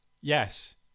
Yes